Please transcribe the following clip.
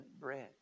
bread